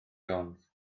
jones